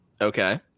Okay